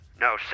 No